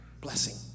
blessing